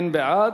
אין בעד.